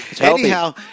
Anyhow